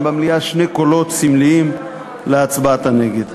במליאה שני קולות סמליים להצבעת הנגד.